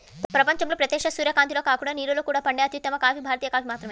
ప్రపంచంలో ప్రత్యక్ష సూర్యకాంతిలో కాకుండా నీడలో కూడా పండే అత్యుత్తమ కాఫీ భారతీయ కాఫీ మాత్రమే